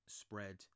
spread